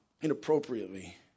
inappropriately